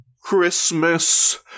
Christmas